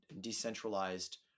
decentralized